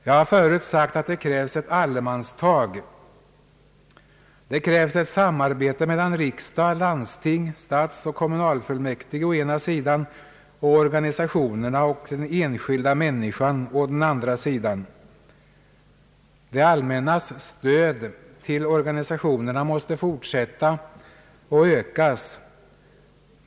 Jag har förut sagt att det krävs ett allemanstag. Det krävs ett samarbete mellan riksdag, landsting, stadsoch kommunalfullmäktige å ena sidan och organisationerna och den enskilda människan å den andra sidan. Det allmännas stöd till organisationerna måste fortsätta och ökas.